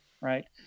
right